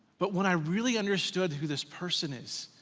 but when i really understood who this person is,